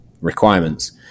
requirements